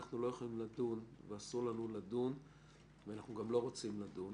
אנחנו לא יכולים לדון ואסור לנו לדון ואנחנו גם לא רוצים לדון